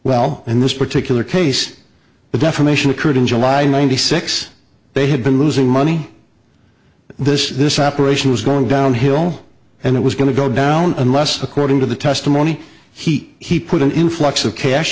well in this particular case the definition occurred in july of ninety six they had been losing money this this operation was going down hill and it was going to go down unless according to the testimony heat he put an influx of cash